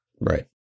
Right